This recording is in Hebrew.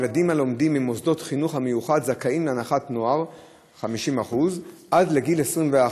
ילדים הלומדים במוסדות החינוך המיוחד זכאים להנחת נוער 50% עד לגיל 21,